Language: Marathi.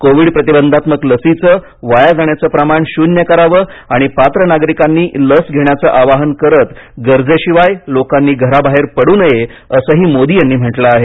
कोविड प्रतिबंधात्मक लसींचं वाया जाण्याचं प्रमाण शून्य करावं आणि पात्र नागरिकांनी लसी घेण्याचं आवाहन करत गरजेशिवाय लोकांनी घराबाहेर पडू नये असंही मोदी यांनी म्हटलं आहे